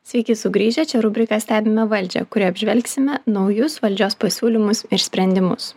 sveiki sugrįžę čia rubrika stebime valdžią kurioj apžvelgsime naujus valdžios pasiūlymus ir sprendimus